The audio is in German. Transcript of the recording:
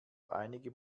einige